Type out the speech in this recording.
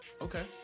Okay